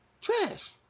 trash